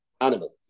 animal